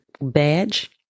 badge